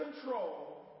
control